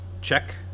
check